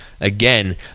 again